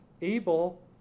Abel